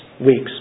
weeks